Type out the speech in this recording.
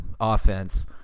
offense